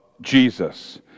Jesus